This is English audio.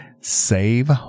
save